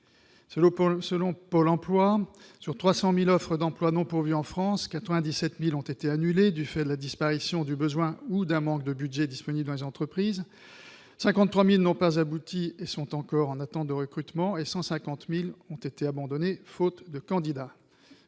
Selon Pôle emploi, sur 300 000 offres d'emploi non pourvues en France, 97 000 ont été annulées, du fait de la disparition du besoin ou d'un manque de budget disponible dans les entreprises ; 53 000 n'ont pas abouti et sont encore en attente de recrutement, et 150 000 ont été abandonnées, faute de candidats.